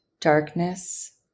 darkness